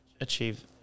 achieve